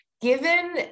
Given